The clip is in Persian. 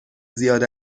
زیاد